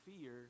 fear